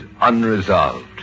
unresolved